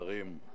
שרים,